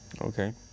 Okay